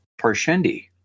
Parshendi